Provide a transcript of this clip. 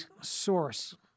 source